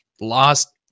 lost